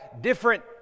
different